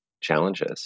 challenges